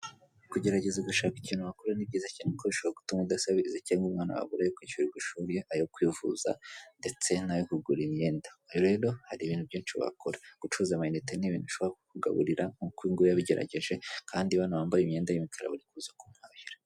Kugerageza gushaka ikintu wakora ni byiza cyane kuru bishaho gutuma udasabiriza cyangwanga umwana wawe abure ayo kwishyurirwa ishuri ayo kwivuza ndetse nayo kugura imyenda oyo rero hari ibintu byinshi wakora gucuruza amayinite niibintu bishobora kukugaburira nkuko uyu yabigerageje kandi bano bambaye imyenda y'imkara bari kuza kumuhahira.